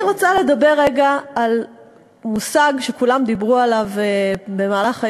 אני רוצה לדבר רגע על מושג שכולם דיברו עליו במהלך היום,